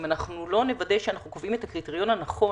אם אנחנו לא נוודא שאנחנו קובעים את הקריטריון הנכון,